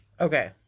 Okay